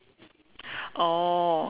oh